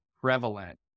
prevalent